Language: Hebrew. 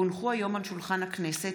כי הונחו היום על שולחן הכנסת,